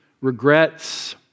regrets